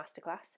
Masterclass